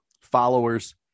followers